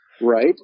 Right